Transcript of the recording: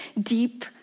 deep